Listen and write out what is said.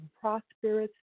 prosperous